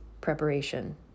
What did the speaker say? preparation